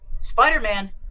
spider-man